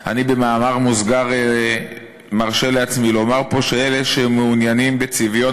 אני במאמר מוסגר מרשה לעצמי לומר פה שאלה שמעוניינים בצביון